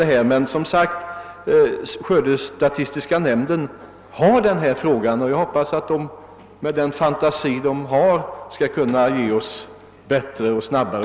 Jag hoppas emellertid att skördestatistiska nämnden med den fantasi den besitter skall finna någon väg som gör det möjligt att betala ut ersättningarna snabbare.